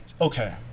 okay